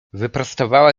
wyprostowała